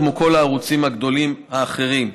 כמו כל הערוצים הגדולים האחרים.